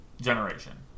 generation